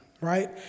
right